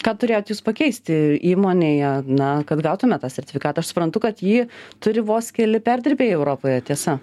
ką turėjot jus pakeisti įmonėje na kad gautumėt tą sertifikatą aš suprantu kad jį turi vos keli perdirbėjai europoje tiesa